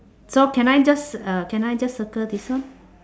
so can I just uh can I just circle this one